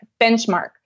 benchmark